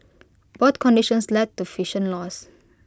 both conditions led to vision loss